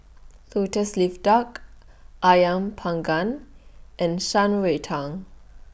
Lotus Leaf Duck Ayam Panggang and Shan Rui Tang